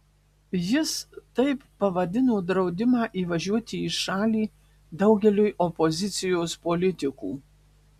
jis taip pavadino draudimą įvažiuoti į šalį daugeliui opozicijos politikų